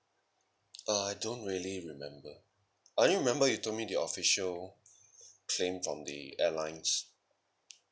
ah I don't really remember I didn't remember you told me the official claim from the airlines